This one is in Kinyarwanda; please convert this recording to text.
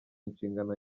inshingano